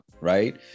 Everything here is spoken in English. Right